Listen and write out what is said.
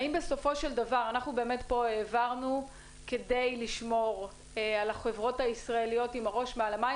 האם בסופו של דבר כדי לשמור על החברות הישראליות עם הראש מעל המים,